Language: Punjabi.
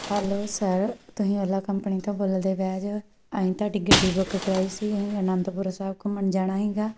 ਹੈਲੋ ਸਰ ਤੁਸੀਂ ਓਲਾ ਕੰਪਨੀ ਤੋਂ ਬੋਲਦੇ ਪਏ ਜੇ ਅਸੀਂ ਤੁਹਾਡੀ ਗੱਡੀ ਬੁੱਕ ਕਰਵਾਈ ਸੀ ਅਸੀਂ ਅਨੰਦਪੁਰ ਸਾਹਿਬ ਘੁੰਮਣ ਜਾਣਾ ਸੀਗਾ